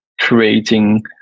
creating